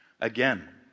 Again